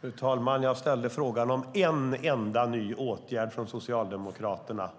Fru talman! Jag frågade om en enda ny åtgärd från Socialdemokraterna